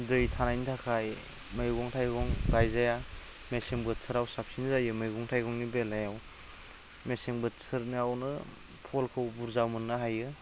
दै थानायनि थाखाय मैगं थाइगं गायजाया मेसें बोथोराव साबसिन जायो मैगं थाइगंनि बेलायाव मेसें बोथोरावनो फलखौ बुरजा मोननो हायो